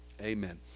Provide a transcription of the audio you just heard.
amen